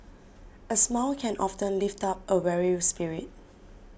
a smile can often lift up a weary spirit